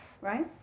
right